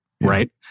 right